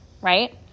right